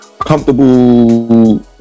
Comfortable